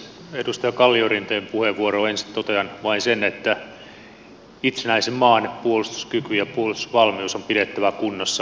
edustaja kalliorinteen puheenvuoroon ensin totean vain sen että itsenäisen maan puolustuskyky ja puolustusvalmius on pidettävä kunnossa aina